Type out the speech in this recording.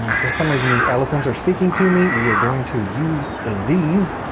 for some reason these elephants are speaking to me, we are going to use these,